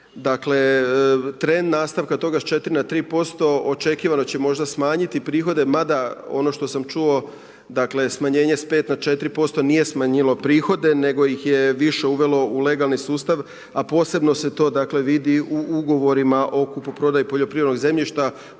Dakle trend nastavka toga s 4 na 3% očekivano će možda smanjiti prihode, mada ono što sam čuo smanjenje s 5 na 4% nije smanjivalo prihode, nego ih je više uvelo u legalni sustav, a posebno se to vidi u ugovorima o kupoprodaji poljoprivrednog zemljišta